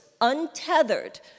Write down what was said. untethered